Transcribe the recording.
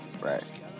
right